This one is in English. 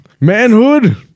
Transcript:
manhood